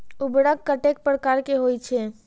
उर्वरक कतेक प्रकार के होई छै?